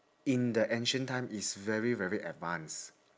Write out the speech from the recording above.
in the ancient time is very very advanced